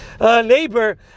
neighbor